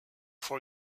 for